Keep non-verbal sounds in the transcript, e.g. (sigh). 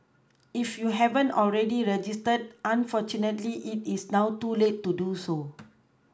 if you haven't already registered unfortunately it is now too late to do so (noise)